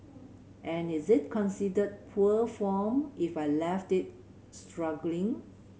and is it considered poor form if I left it struggling